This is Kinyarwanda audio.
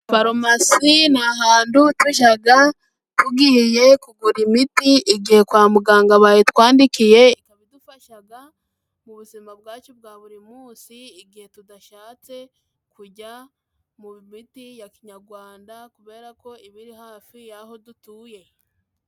Farumasi ni ahantu tuajaga tugiye kugura imiti igihe kwa muganga bayitwandikiye, ikaba idufashaga mu buzima bwacu bwa buri munsi, igihe tudashatse kujya mu miti ya kinyagwanda, kubera ko iba iri hafi y'aho dutuye.